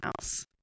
else